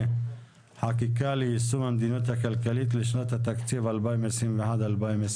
חקיקה ליישום המדיניות הכלכלית לשת התקציב 2021-2022),